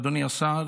אדוני השר,